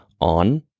on